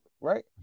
Right